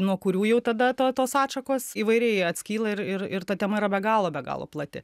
nuo kurių jau tada to tos atšakos įvairiai atskyla ir ir ir ta tema yra be galo be galo plati